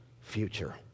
future